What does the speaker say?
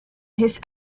his